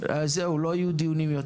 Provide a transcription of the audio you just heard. לא יהיו היום יותר דיונים.